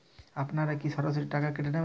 আপনারা কি সরাসরি টাকা কেটে নেবেন?